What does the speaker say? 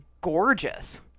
gorgeous